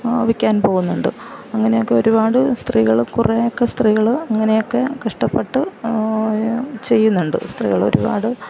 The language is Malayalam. വിൽക്കാൻ പോകുന്നുണ്ട് അങ്ങനെയൊക്കെ ഒരുപാട് സ്ത്രീകള് കുറെയൊക്കെ സ്ത്രീകള് ഇങ്ങനെയെക്കെ കഷ്ടപ്പെട്ട് ചെയ്യുന്നുണ്ട് സ്ത്രീകള് ഒരുപാട്